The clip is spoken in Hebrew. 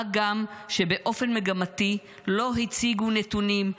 מה גם שבאופן מגמתי לא הציגו נתונים,